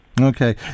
Okay